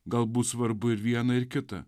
gal bus svarbu ir viena ir kita